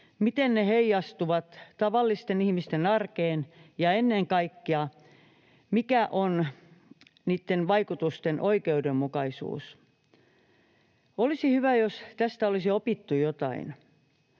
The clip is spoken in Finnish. miten ne heijastuvat tavallisten ihmisten arkeen, ja ennen kaikkea, mikä on niitten vaikutusten oikeudenmukaisuus. Olisi hyvä, jos tästä olisi opittu jotain.